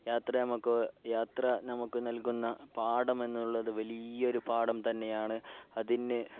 യാത്ര നമ്മൾക്ക് യാത്ര നമ്മൾക്കു നൽകുന്ന പാഠം എന്നുള്ളത് വലിയൊരു പാഠം തന്നെയാണ് അതിന്